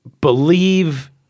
believe